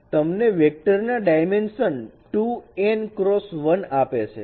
અને તમને વેક્ટર ના ડાયમેન્શન 2n x 1 આપે છે